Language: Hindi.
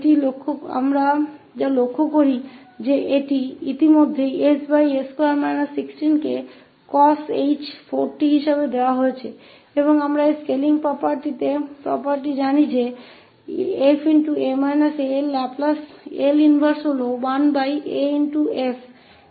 तो हम क्या लगता है कि इस ss2 16को cosh 4𝑡 के रूप में पहले से ही दिया जाता है और हम इस स्केलिंग property जानते हैं कि 𝐹𝑎𝑠 की 𝐿 इनवर्स 1af है